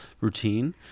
routine